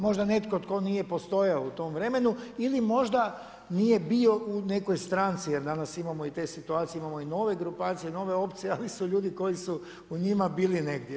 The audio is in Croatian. Možda netko tko nije postojao u tom vremenu ili možda nije bio u nekoj stranci jer danas imamo i te situacije, imamo i nove grupacije, nove opcije, ali su ljudi koji su njima bili negdje.